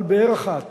על באר אחת,